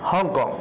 Hong Kong